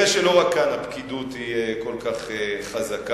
כנראה לא רק כאן הפקידות כל כך חזקה,